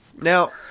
Now